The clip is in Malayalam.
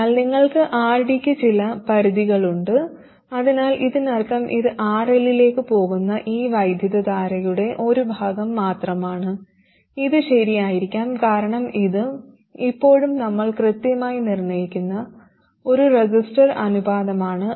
അതിനാൽ നിങ്ങൾക്ക് RD യ്ക്ക് ചില പരിധികളുണ്ട് അതിനാൽ ഇതിനർത്ഥം ഇത് RL ലേക്ക് പോകുന്ന ഈ വൈദ്യുതധാരയുടെ ഒരു ഭാഗം മാത്രമാണ് ഇത് ശരിയായിരിക്കാം കാരണം ഇത് ഇപ്പോഴും നമ്മൾ കൃത്യമായി നിർണ്ണയിക്കുന്ന ഒരു റെസിസ്റ്റർ അനുപാതമാണ്